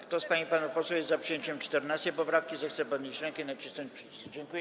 Kto z pań i panów posłów jest za przyjęciem 14. poprawki, zechce podnieść rękę i nacisnąć przycisk.